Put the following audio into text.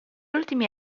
ultimi